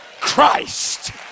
Christ